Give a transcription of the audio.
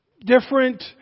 different